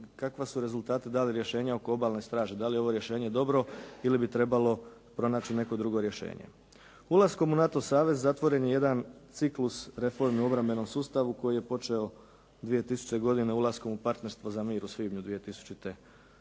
kakva su rezultate dala rješenja oko Obalne straže? Da li je ovo rješenje dobro ili bi trebalo pronaći neko drugo rješenje? Ulaskom u NATO savez zatvoren je jedan ciklus reformi u obrambenom sustavu koji je počeo 2000. godine ulaskom u Partnerstvo za mir u svibnju 2000. godine.